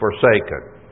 forsaken